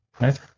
right